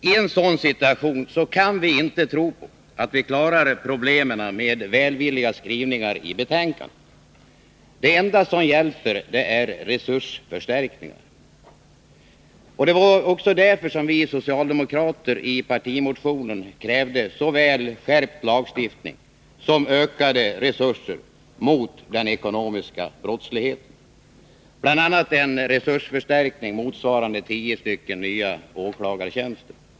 I en sådan situation kan vi inte tro att vi klarar problemen genom välvilliga skrivningar i betänkanden. Det enda som hjälper är resursförstärkningar. Det var därför som vi socialdemokrater i partimotionen krävde såväl skärpt lagstiftning som ökade resurser mot den ekonomiska brottsligheten, bl.a. en resursförstärkning motsvarande tio nya åklagartjänster.